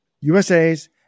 USA's